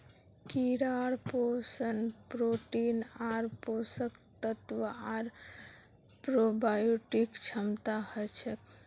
कीड़ात पोषण प्रोटीन आर पोषक तत्व आर प्रोबायोटिक क्षमता हछेक